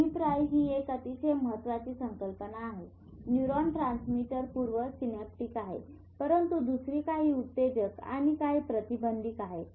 अभिप्राय ही एक अतिशय महत्त्वाची संकल्पना आहे न्यूरॉन ट्रान्समीटर पूर्व सिनॅप्टिक आहे परंतु दुसरी कांही उत्तेजक आणि कांही प्रतिबंधक आहे